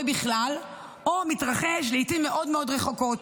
בכלל או מתרחש לעיתים מאוד מאוד רחוקות.